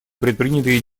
предпринятые